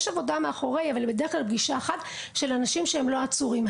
יש עבודה מאחורי אבל בדרך כלל פגישה אחת עם אנשים שהם לא עצורים.